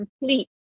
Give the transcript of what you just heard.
complete